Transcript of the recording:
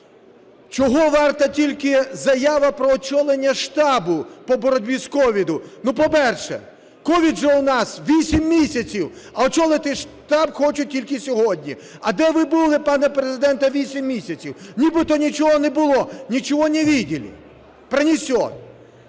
Чого варта тільки заява про очолення штабу по боротьбі з COVID! Ну, по-перше, COVID вже у нас 8 місяців, а очолити штаб хочуть тільки сьогодні. А де ви були, пане Президенте, 8 місяців? Нібито нічого не було, ничего не видели, пронесет.